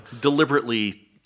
Deliberately